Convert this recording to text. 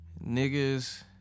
niggas